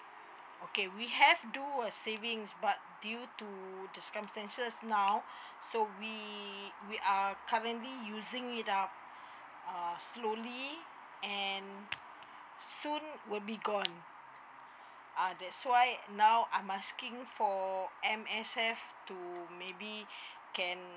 okay we have do a savings but due to the circumstances now so we we are currently using it up uh slowly and soon will be gone ah that's why now I'm asking for M_S_F to maybe can